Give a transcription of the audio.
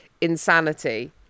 insanity